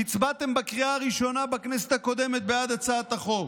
הצבעתם בקריאה הראשונה בכנסת הקודמת בעד הצעת החוק.